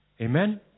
Amen